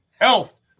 Health